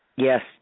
Yes